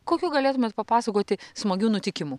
kokių galėtumėt papasakoti smagių nutikimų